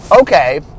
okay